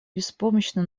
беспомощно